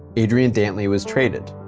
adrian dantley was traded.